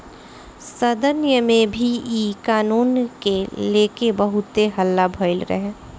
सदन में भी इ कानून के लेके बहुत हल्ला भईल रहे